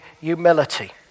humility